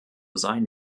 sein